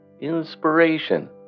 inspiration